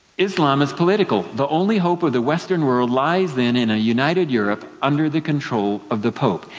islam is political. the only hope of the western world lies then in a united europe under the control of the pope.